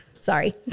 Sorry